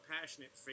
passionate